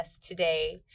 today